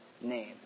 name